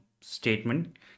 statement